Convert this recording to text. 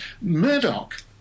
Murdoch